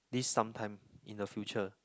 this sometime in the future